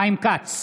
חיים כץ,